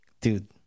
dude